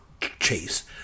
chase